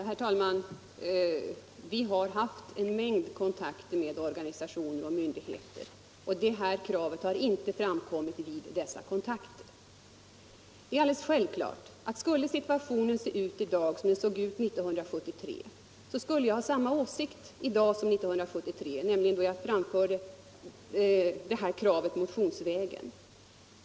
Herr talman! Vi har haft en mängd kontakter med organisationer och myndigheter. Det här kravet har inte framkommit vid dessa kontakter. Det är alldeles självklart att om situationen vore densamma i dag som den var 1973, skulle jag ha samma åsikt i dag som jag hade 1973, nämligen då jag framförde kravet motionsvägen.